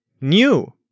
New